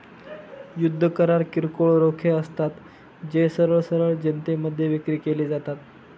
युद्ध करार किरकोळ रोखे असतात, जे सरळ सरळ जनतेमध्ये विक्री केले जातात